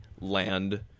land